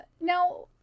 Now